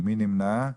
מי נמנע?